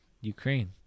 Ukraine